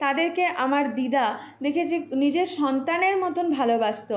তাদেরকে আমার দিদা দেখেছি নিজের সন্তানের মতন ভালবাসতো